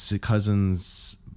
cousin's